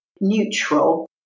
neutral